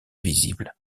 visible